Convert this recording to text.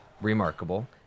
remarkable